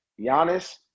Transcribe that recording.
Giannis